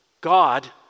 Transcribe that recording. God